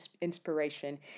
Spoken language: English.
inspiration